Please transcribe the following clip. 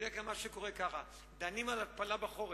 בדרך כלל קורה כך: דנים על התפלה בחורף,